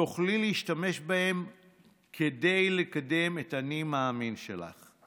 ותוכלי להשתמש בהם כדי לקדם את האני מאמין שלך.